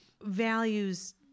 values